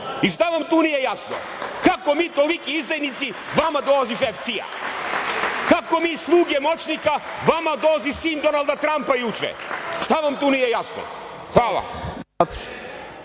I šta vam tu nije jasno? Kako mi toliki izdajnici, vama dolazi šef CIA. Kako mi sluge moćnika, vama dolazi sin Donalda Trampa juče? Šta vam tu nije jasno? Hvala.